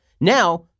Now